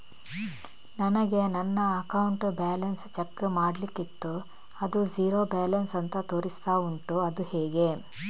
ನನಗೆ ನನ್ನ account balance check ಮಾಡ್ಲಿಕ್ಕಿತ್ತು ಅದು ಝೀರೋ ಬ್ಯಾಲೆನ್ಸ್ ಅಂತ ತೋರಿಸ್ತಾ ಉಂಟು ಅದು ಹೇಗೆ?